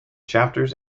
chapters